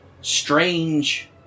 strange